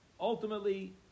Ultimately